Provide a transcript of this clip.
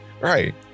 right